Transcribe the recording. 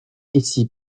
ici